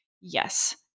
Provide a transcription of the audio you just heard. Yes